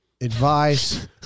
advice